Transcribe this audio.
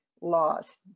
laws